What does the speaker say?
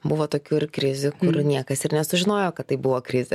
buvo tokių ir krizių kurių niekas ir nesužinojo kad tai buvo krizė